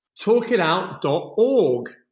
Talkitout.org